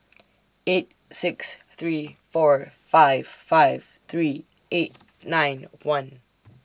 eight six three four five five three eight nine one